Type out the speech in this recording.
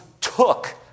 took